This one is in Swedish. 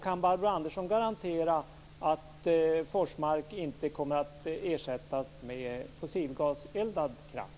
Kan Barbro Andersson garantera att Forsmark inte kommer att ersättas med fossilgaseldad kraft?